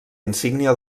insígnia